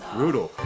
Brutal